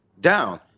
down